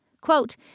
Quote